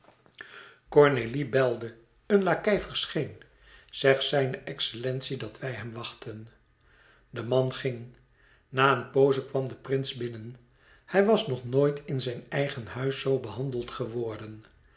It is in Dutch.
cornélie belde een lakei verscheen zeg zijne excellentie dat wij hem wachten de man ging na een pooze kwam de prins binnen hij was nog nooit in zijn eigen huis zoo behandeld geworden